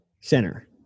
center